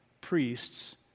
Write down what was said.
priests